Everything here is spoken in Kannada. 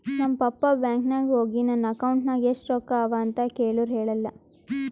ನಮ್ ಪಪ್ಪಾ ಬ್ಯಾಂಕ್ ನಾಗ್ ಹೋಗಿ ನನ್ ಅಕೌಂಟ್ ನಾಗ್ ಎಷ್ಟ ರೊಕ್ಕಾ ಅವಾ ಅಂತ್ ಕೇಳುರ್ ಹೇಳಿಲ್ಲ